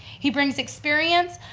he brings experience,